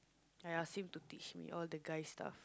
I ask him to teach me all the guys stuff